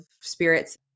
spirits